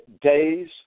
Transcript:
days